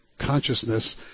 consciousness